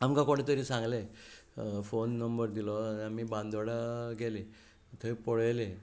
आमकां कोणें तरी सांगलें फोन नंबर दिलो आनी आमी बांदोडा गेले थंय पळयलें